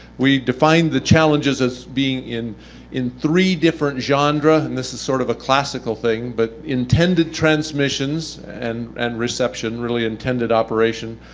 we defined the challenges as being in in three different genre, and this is sort of a classical thing, but intended transmissions and and reception, really intended operation.